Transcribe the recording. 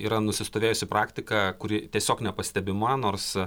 yra nusistovėjusi praktika kuri tiesiog nepastebima nors